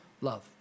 love